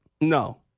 No